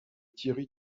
thierry